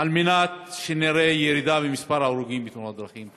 על מנת שנראה ירידה במספר ההרוגים בתאונות דרכים.